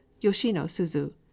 yoshino-suzu